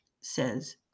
says